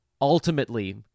ultimately